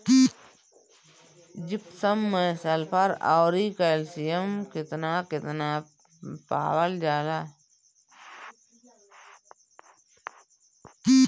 Gypsum मैं sulphur औरी calcium कितना कितना पावल जाला?